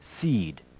seed